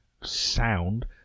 sound